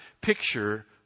picture